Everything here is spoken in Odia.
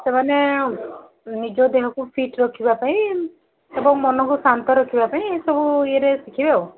ସେମାନେ ନିଜ ଦେହକୁ ଫିଟ୍ ରଖିବା ପାଇଁ ଏବଂ ମନକୁ ଶାନ୍ତ ରଖିବା ପାଇଁ ଏସବୁ ଇଏରେ ଶିଖିବେ ଆଉ